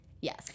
yes